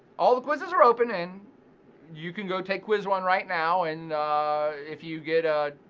all the quizzes are open. and you can go take quiz one right now. and if you get a,